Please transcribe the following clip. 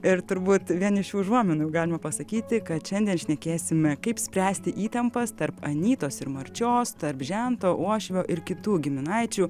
ir turbūt vien iš šių užuominų galima pasakyti kad šiandien šnekėsime kaip spręsti įtampas tarp anytos ir marčios tarp žento uošvio ir kitų giminaičių